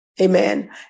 amen